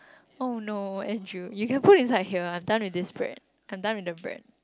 oh no Andrew you can put inside here I'm done with this bread I'm done with the bread